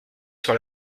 sur